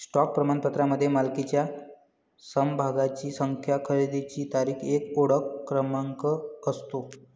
stock प्रमाणपत्रामध्ये मालकीच्या समभागांची संख्या, खरेदीची तारीख, एक ओळख क्रमांक असतो